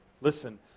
listen